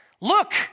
Look